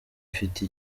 ifite